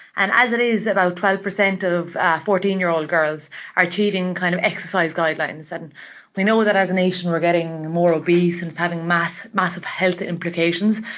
and as it is, about twelve percent of fourteen year old girls are cheating kind of exercise guidelines and we know that as a nation we're getting more obese and having massive massive health implications.